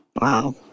wow